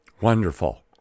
Wonderful